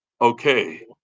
Okay